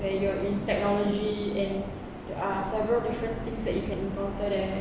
when you are in technology and there are several different things that you can encounter there